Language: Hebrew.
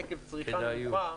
-- עקב צריכה נמוכה,